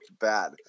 bad